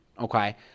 Okay